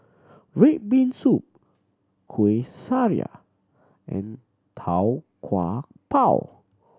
red bean soup Kueh Syara and Tau Kwa Pau